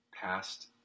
past